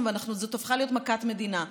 וזו הפכה להיות מכת מדינה.